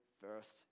first